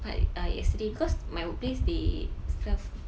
but uh yesterday because my workplace they serve